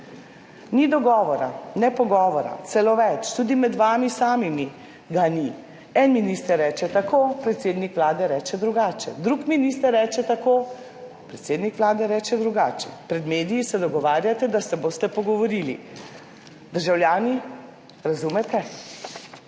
Ni dogovora, ne pogovora, celo več, tudi med vami samimi ga ni, en minister reče tako, predsednik Vlade reče drugače, drug minister reče tako, predsednik Vlade reče drugače. Pred mediji se dogovarjate, da se boste pogovorili. Državljani, razumete?